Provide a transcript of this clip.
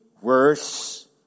worse